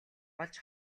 олж